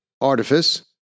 artifice